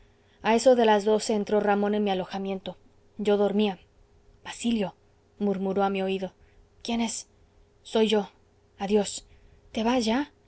a eso de las doce entró ramón en mi alojamiento yo dormía basilio murmuró a mi oído quién es soy yo adiós te vas